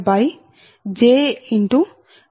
17750